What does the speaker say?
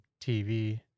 TV